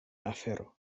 afero